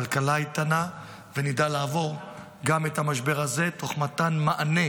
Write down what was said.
כלכלה איתנה ונדע לעבור גם את המשבר הזה תוך מתן מענה